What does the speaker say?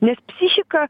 nes psichika